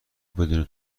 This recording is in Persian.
بدون